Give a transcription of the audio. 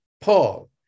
Paul